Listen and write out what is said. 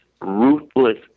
ruthless